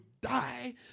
die